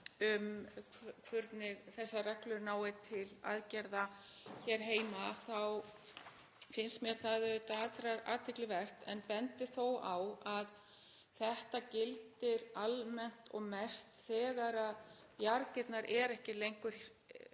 um hvernig þessar reglur nái til aðgerða hér heima þá finnst mér það auðvitað allrar athygli vert en bendi þó á að þetta gildir almennt og mest þegar bjargirnar eru ekki til staðar hér